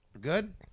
Good